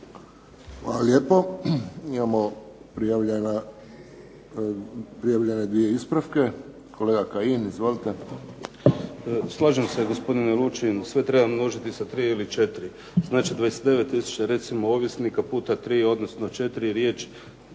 Hvala lijepo. Imamo prijavljene dvije ispravke. Kolega Kajin, izvolite. **Kajin, Damir (IDS)** Slažem se, gospodine Lučin, sve treba množiti sa 3 ili 4, znači 29 tisuća recimo ovisnika puta 3 odnosno 4 de